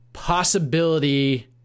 Possibility